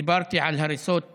דיברתי על הריסות בנגב,